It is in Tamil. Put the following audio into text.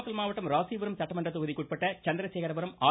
நாமக்கல் மாவட்டம் ராசிபுரம் சட்டமன்ற தொகுதிக்குட்பட்ட சந்திரசேகரபுரம் ஆர்